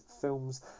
films